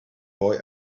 boy